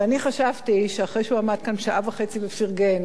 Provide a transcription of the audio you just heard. אני חשבתי שאחרי שהוא עמד כאן שעה וחצי ופרגן,